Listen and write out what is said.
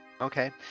Okay